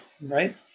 right